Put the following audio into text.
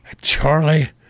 Charlie